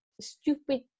stupid